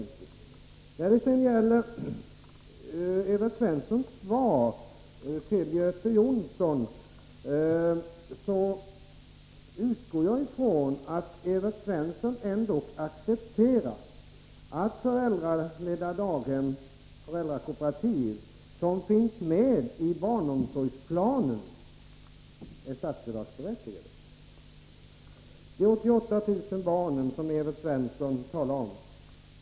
Beträffande Evert Svenssons svar till Göte Jonsson utgår jag ifrån att Evert Svensson ändock accepterar att föräldrakooperativ som finns med i barnomsorgsplanen är statsbidragsberättigade. Evert Svensson talade om 88 000 barn som önskar barnomsorg utanför hemmet.